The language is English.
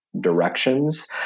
directions